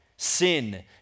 Sin